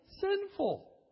sinful